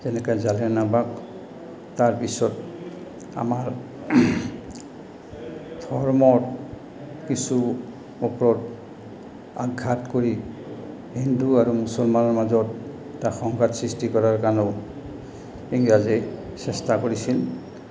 যেনেকে জালিয়ানাবাগ তাৰপিছত আমাৰ ধৰ্মৰ কিছু ওপৰত আঘাত কৰি হিন্দু আৰু মুছলমানৰ মাজত তাক সংঘাত সৃষ্টি কৰাৰ কাৰণেও ইংৰাজে চেষ্টা কৰিছিল